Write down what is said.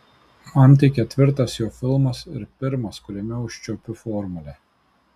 man tai ketvirtas jo filmas ir pirmas kuriame užčiuopiu formulę